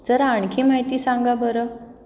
जरा आणखी माहिती सांगा बरं